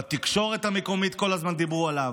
בתקשורת המקומית כל הזמן דיברו עליו,